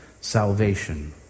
salvation